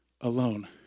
alone